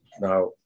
Now